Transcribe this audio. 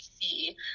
see